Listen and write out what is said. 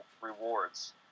rewards